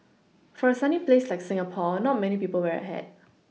for a sunny place like Singapore not many people wear a hat